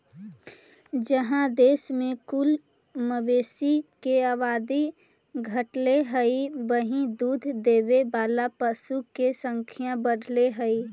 जहाँ देश में कुल मवेशी के आबादी घटले हइ, वहीं दूध देवे वाला पशु के संख्या बढ़ले हइ